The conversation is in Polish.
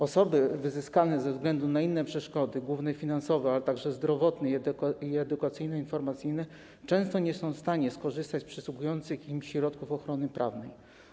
Osoby wyzyskane ze względu na inne przeszkody - główne finansowe, ale także zdrowotne i edukacyjno-informacyjne - często nie są w stanie skorzystać z przysługujących im środków ochrony prawnej.